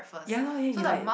ya loh then he like